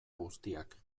guztiak